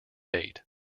date